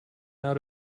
out